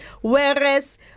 Whereas